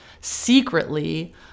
secretly